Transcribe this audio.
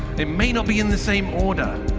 it may not be in the same order.